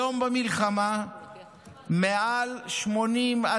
היום במלחמה מעל 80,000,